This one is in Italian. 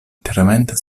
interamente